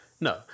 No